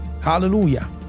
Hallelujah